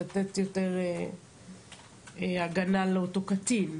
לתת יותר הגנה לאותו קטין.